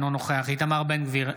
אינו נוכח איתמר בן גביר,